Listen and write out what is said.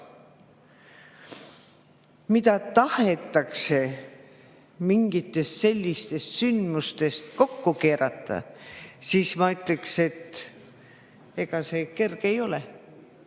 mida taheti mingitest sellistest sündmustest kokku keerata, siis ma ütleks, et ega see kõik kerge ei ole.